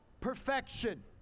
perfection